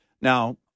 Now